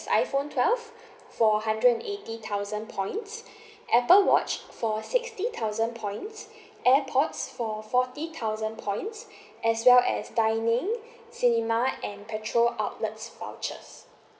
iphone twelve for hundred and eighty thousand points apple watch for sixty thousand points airpods for forty thousand points as well as dining cinema and petrol outlets vouchers